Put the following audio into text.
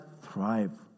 thrive